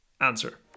answer